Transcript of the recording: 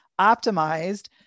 optimized